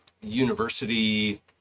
university